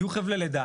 יהיו חבלי לידה.